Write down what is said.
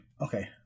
Okay